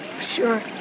Sure